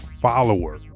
follower